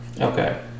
Okay